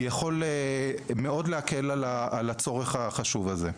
יכול מאוד להקל על הצורך החשוב הזה.